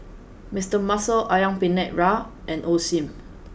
Mister Muscle Ayam penyet Ria and Osim